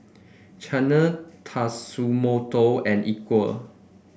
Chanel Tatsumoto and Equal